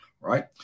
Right